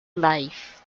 life